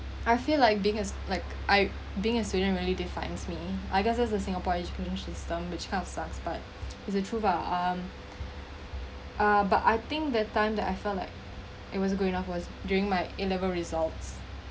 I feel like being a stu~ like I being a student really defines me I guess that's the singapore education system which kind of sucks but it's the truth um ah but I think the time that I felt like it was going off was during my A level results